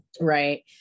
right